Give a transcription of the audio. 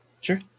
Sure